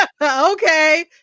Okay